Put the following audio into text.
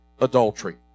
adultery